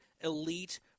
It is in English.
elite